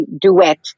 duet